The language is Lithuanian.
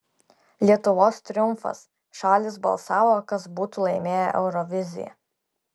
lietuvos triumfas šalys balsavo kas būtų laimėję euroviziją